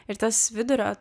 ir tas vidurio